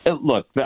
look